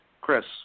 Chris